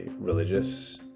religious